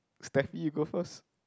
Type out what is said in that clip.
Steffi you go first